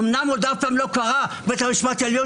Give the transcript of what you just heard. אמנם מעולם לא קרה שבית המשפט העליון,